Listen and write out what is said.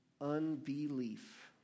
unbelief